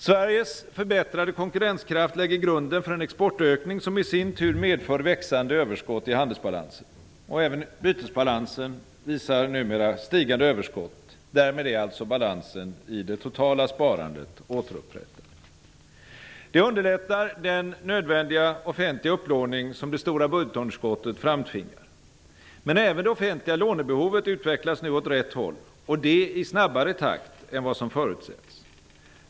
Sveriges förbättrade konkurrenskraft lägger grunden för en exportökning, som i sin tur medför växande överskott i handelsbalansen. Även bytesbalansen uppvisar numera stigande överskott, och därmed är alltså balansen i det totala sparandet återupprättad. Det underlättar den nödvändiga offentliga upplåning som det stora budgetunderskottet framtvingar. Men även det offentliga lånebehovet utvecklas nu åt rätt håll, och det i snabbare takt än vad som förutsetts.